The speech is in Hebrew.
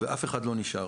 ואף אחד לא נשאר.